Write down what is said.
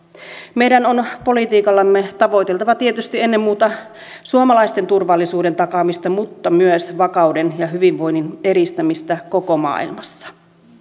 meidän on politiikallamme tavoiteltava tietysti ennen muuta suomalaisten turvallisuuden takaamista mutta myös vakauden ja hyvinvoinnin edistämistä koko maailmassa